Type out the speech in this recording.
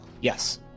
Yes